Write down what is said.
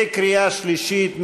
בקריאה שלישית.